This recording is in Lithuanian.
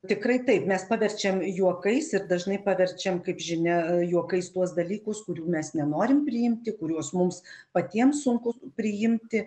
tikrai taip mes paverčiam juokais ir dažnai paverčiam kaip žinia juokais tuos dalykus kurių mes nenorim priimti kuriuos mums patiems sunku priimti